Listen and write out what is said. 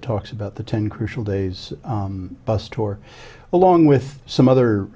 that talks about the ten crucial days bus tour along with some other